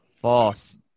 False